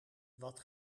wat